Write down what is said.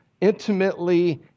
intimately